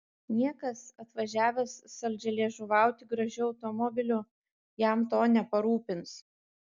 niekas atvažiavęs saldžialiežuvauti gražiu automobiliu jam to neparūpins